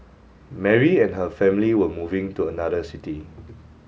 Mary and her family were moving to another city